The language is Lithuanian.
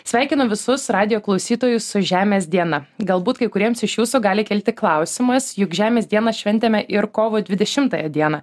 sveikinu visus radijo klausytojus su žemės diena galbūt kai kuriems iš jūsų gali kilti klausimas juk žemės dieną šventėme ir kovo dvidešimtąją dieną